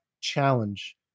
challenge